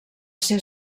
ser